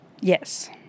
Yes